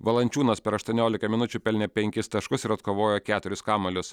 valančiūnas per aštuoniolika minučių pelnė penkis taškus ir atkovojo keturis kamuolius